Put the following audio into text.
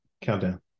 Countdown